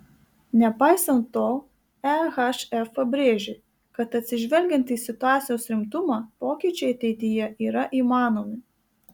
nepaisant to ehf pabrėžė kad atsižvelgiant į situacijos rimtumą pokyčiai ateityje yra įmanomi